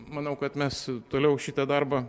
manau kad mes toliau šitą darbą